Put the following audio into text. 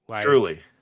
Truly